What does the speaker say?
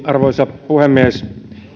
arvoisa puhemies